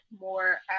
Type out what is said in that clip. more